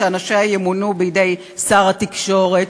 שאנשיה ימונו בידי שר התקשורת,